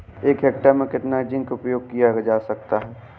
एक हेक्टेयर में कितना जिंक का उपयोग किया जाता है?